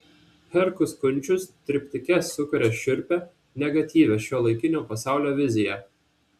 herkus kunčius triptike sukuria šiurpią negatyvią šiuolaikinio pasaulio viziją